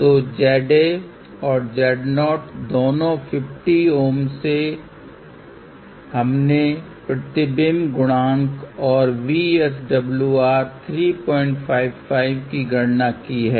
तो ZA और Z0 दोनो 50 Ω से हमने प्रतिबिंब गुणांक और VSWR 355 की गणना की है